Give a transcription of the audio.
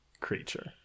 creature